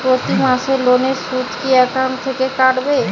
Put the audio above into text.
প্রতি মাসে লোনের সুদ কি একাউন্ট থেকে কাটবে?